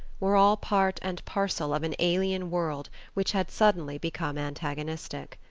were all part and parcel of an alien world which had suddenly become antagonistic.